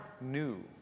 new